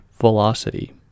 velocity